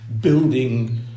building